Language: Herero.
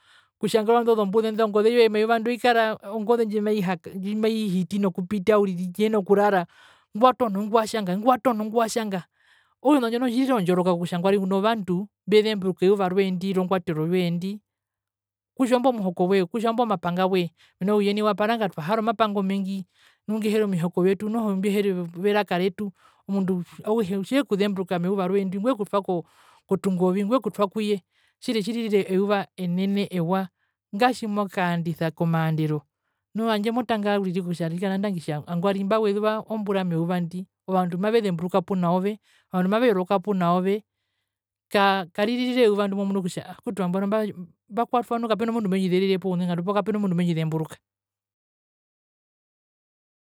Okutjangerwa indo zombuze ndo ongoze yoye eyuva ndo ikara ongoze ndjimaihiti nokupita uriri ndjihena okurara ingwiwatono ingwi watjanga okutja ona ndjo noho otjirira ondjoroka kutja nangwari uno vandu mbezemburuka eyuva rwe ndi rongwatero yoye ndi kutja oombo muhuko woye poo ongomapanga woye mena kutja ouye nai waparanga twahara omapanga omengi nu ngeheri omihoko vyetu mbeheri veraka retu omunduauhe otje kuzemburuka omundu ngwekutwa kotungovi ngwekutwa kuye tjiri otjirira eyuva ewa enene tjinene ngatjimokaandisa komaandero nu handje motanga uriri kutja nangwari mbawezirwa ombura meuva ndi ovandu mavezemburuka punaove ovandu maveyoroka punaove kaa karirre eyuva ndimotja mbakwatwa nu kapena mundu ngu mendji zerirepo ouningandu poo kapena mundu ngu mendji zemburuka.